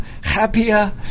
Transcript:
happier